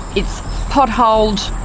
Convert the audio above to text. it's pot-holed,